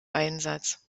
einsatz